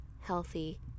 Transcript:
healthy